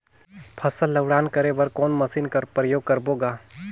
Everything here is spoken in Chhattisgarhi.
फसल ल उड़ान करे बर कोन मशीन कर प्रयोग करबो ग?